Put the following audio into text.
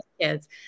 kids